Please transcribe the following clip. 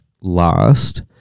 last